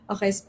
Okay